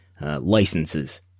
licenses